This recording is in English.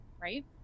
right